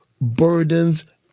burdens